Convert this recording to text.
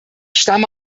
stamme